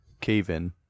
cave-in